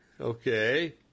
Okay